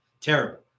terrible